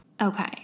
Okay